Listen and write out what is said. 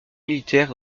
militaire